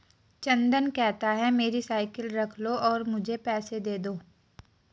चंदन कहता है, मेरी साइकिल रख लो और मुझे पैसे दे दो